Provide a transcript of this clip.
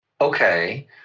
okay